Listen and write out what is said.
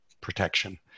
protection